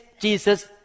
Jesus